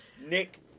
Nick